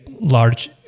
large